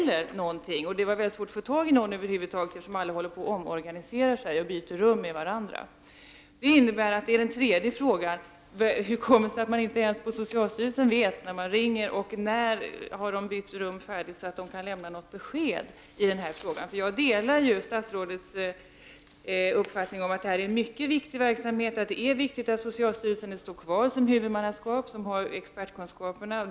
Över huvud taget var det svårt att få tag på någon, eftersom det pågår en omorganisering och alla håller på att byta rum med varandra. Hur kommer det sig att man inte ens på socialstyrelsen vet någonting? När är rumsbytena klara, så att man kan få ett besked? Jag delar statsrådets uppfattning om att detta är en mycket viktig verksamhet. Det är viktigt att socialstyrelsen, som har expertkunskaper, står kvar som huvudman.